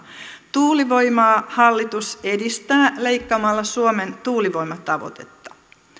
tuulivoimaa hallitus edistää leikkaamalla suomen tuulivoimatavoitetta